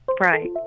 Right